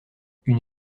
une